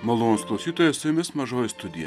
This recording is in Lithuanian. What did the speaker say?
malonūs klausytojai su jumis mažoji studija